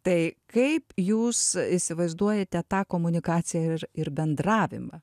tai kaip jūs įsivaizduojate tą komunikaciją ir ir bendravimą